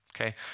Okay